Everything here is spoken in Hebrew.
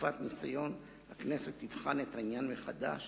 תקופת ניסיון הכנסת תבחן את העניין מחדש